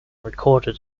recorded